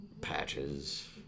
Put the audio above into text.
Patches